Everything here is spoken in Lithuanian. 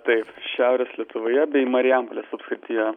taip šiaurės lietuvoje bei marijampolės apskrityje